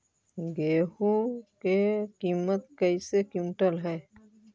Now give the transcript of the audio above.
गेहू के किमत कैसे क्विंटल है?